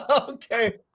Okay